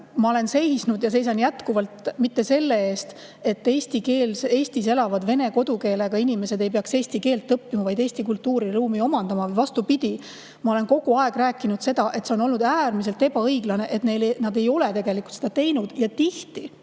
Ma olen seisnud ja seisan jätkuvalt mitte selle eest, et Eestis elavad vene kodukeelega inimesed ei peaks eesti keelt õppima, Eesti kultuuriruumi [sulanduma]. Vastupidi, ma olen kogu aeg rääkinud seda, et on olnud äärmiselt ebaõiglane, et nad ei ole seda teinud. Ja tihti,